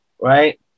right